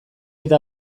eta